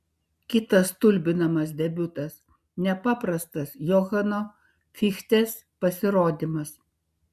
kitas stulbinamas debiutas nepaprastas johano fichtės pasirodymas